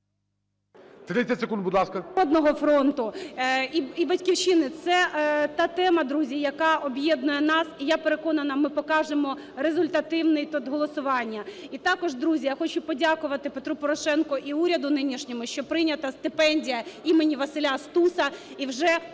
30 секунд, будь ласка,